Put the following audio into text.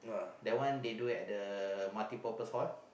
that one they do at the multi purpose hall